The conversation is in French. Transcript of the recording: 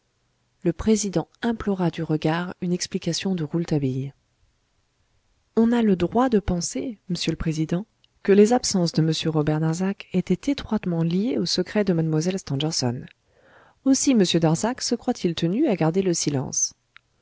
le président implora du regard une explication de rouletabille on a le droit de penser m'sieur le président que les absences de m robert darzac étaient étroitement liées au secret de mlle stangerson aussi m darzac se croit-il tenu à garder le silence